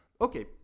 Okay